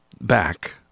back